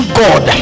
god